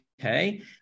okay